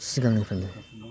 सिगांनिफ्रायनो